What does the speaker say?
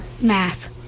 Math